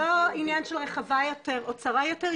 זה לא עניין של רחבה יותר או צרה יותר,